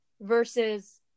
versus